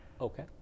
Okay